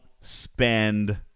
spend